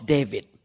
David